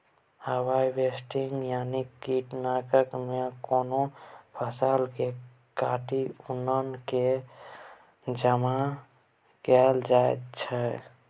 harvesting यानी कटनी मे कोनो फसल केँ काटि अन्न केँ जमा कएल जाइ छै